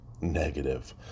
negative